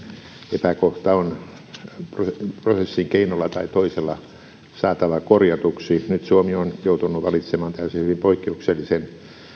epäkohta on keinolla tai toisella saatava korjatuksi nyt suomi on joutunut valitsemaan tällaisen hyvin poikkeuksellisen